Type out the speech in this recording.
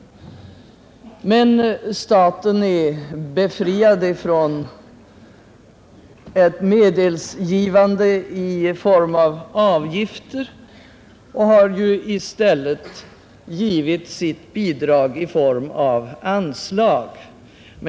Men staten är befriad från ett medelsgivande i form av avgifter och har i stället givit sitt bidrag i form av anslag.